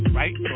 right